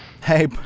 Hey